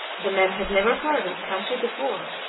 the men had never heard of the country before,